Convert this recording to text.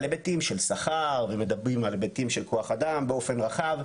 על היבטים של שכר ומדברים על היבטים של כוח אדם באופן רחב.